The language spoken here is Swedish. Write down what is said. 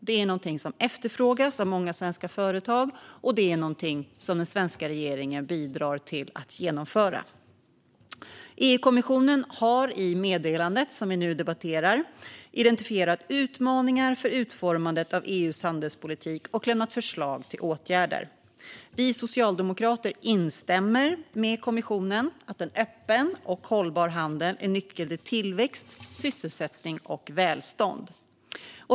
Det är något som efterfrågas av många svenska företag, och det är något som den svenska regeringen bidrar till att genomföra. EU-kommissionen har i meddelandet, som vi nu debatterar, identifierat utmaningar för utformandet av EU:s handelspolitik och lämnat förslag till åtgärder. Vi socialdemokrater instämmer med kommissionen om att en öppen och hållbar handel är nyckeln till tillväxt, sysselsättning och välstånd.